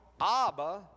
Abba